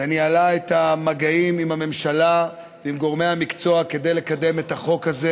וניהלה את המגעים עם הממשלה ועם גורמי המקצוע כדי לקדם את החוק הזה,